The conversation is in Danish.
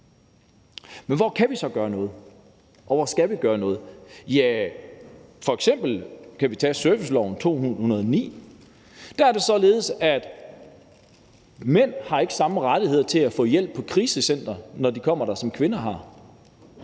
Men hvor kan vi så gøre noget, og hvor skal vi gøre noget? Ja, f.eks. kan vi tage servicelovens § 109 . Der er det således, at mænd ikke har samme rettigheder til at få hjælp på krisecentre, når de kommer der, som kvinder har.